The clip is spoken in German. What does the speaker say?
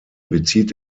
bezieht